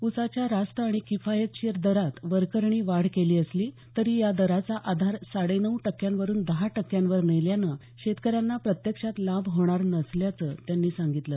ऊसाच्या रास्त आणि किफायतशीर दरात वरकरणी वाढ केली असली तरी या दराचा आधार साडेनऊ टक्क्यांवरून दहा टक्क्यांवर नेल्यानं शेतकऱ्यांना प्रत्यक्षात लाभ होणार नसल्याचं त्यांनी सांगितलं